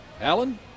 Alan